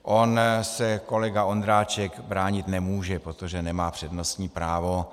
On se kolega Ondráček bránit nemůže, protože nemá přednostní právo.